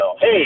Hey